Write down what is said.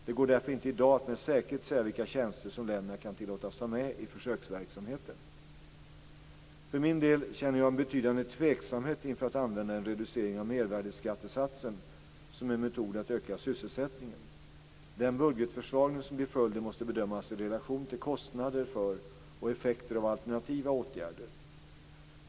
Det går därför inte i dag att med säkerhet säga vilka tjänster som länderna kan tillåtas ta med i försöksverksamheten. För min egen del känner jag en betydande tveksamhet inför att använda en reducering av mervärdesskattesatsen som en metod att öka sysselsättningen. Den budgetförsvagning som blir följden måste bedömas i relation till kostnader för, och effekter av, alternativa åtgärder.